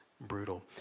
brutal